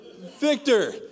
Victor